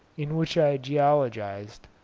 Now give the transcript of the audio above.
in which i geologised,